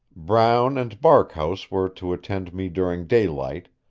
brown and barkhouse were to attend me during daylight,